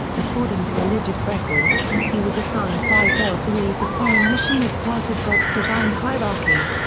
according to religious records, he was assigned by god to lead the foreign mission as part of god's divine hierarchy.